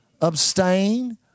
Abstain